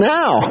now